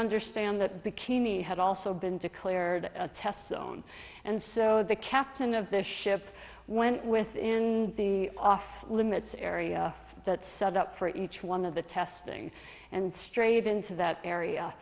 understand that bikini had also been declared tests own and so the captain of the ship went within the off limits area that set up for each one of the testing and strayed into that area